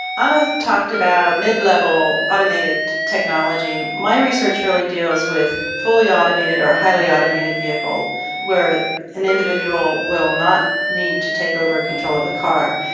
anna talked about mid-level automated technology. my research really deals with fully automated or highly automated vehicle where an individual will not need to take over control of the car.